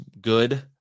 good